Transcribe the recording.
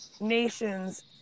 nations